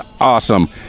awesome